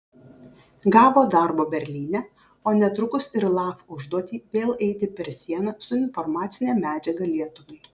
gavo darbo berlyne o netrukus ir laf užduotį vėl eiti per sieną su informacine medžiaga lietuvai